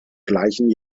gleichen